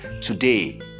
today